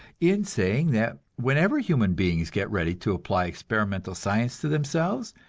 in saying that whenever human beings get ready to apply experimental science to themselves,